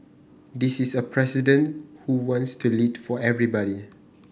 this is a president who wants to lead for everybody